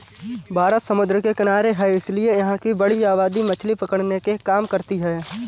भारत समुद्र के किनारे है इसीलिए यहां की बड़ी आबादी मछली पकड़ने के काम करती है